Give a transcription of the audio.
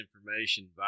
information